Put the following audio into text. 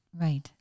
Right